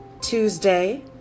Tuesday